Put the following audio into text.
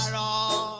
um da